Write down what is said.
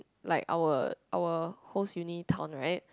like our our host uni town right